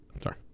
Sorry